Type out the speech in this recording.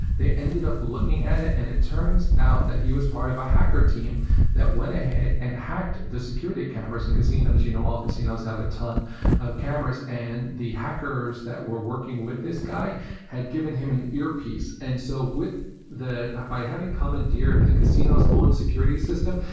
they ended up looking at it, and it turns out that he was part of a hacker team that went ahead and hacked the security cameras in casinos. you know all casinos have a ton of cameras. and the hackers that were working with this guy had given him an earpiece. and so by having commandeered the casino's own security system,